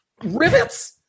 rivets